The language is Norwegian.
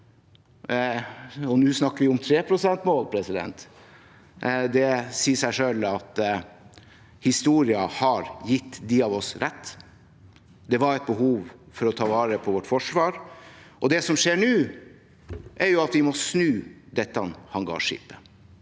og nå snakker vi om 3-prosentmålet. Det sier seg selv at historien har gitt dem av oss rett. Det var et behov for å ta vare på vårt forsvar, og det som skjer nå, er at vi må snu dette hangarskipet.